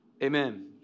Amen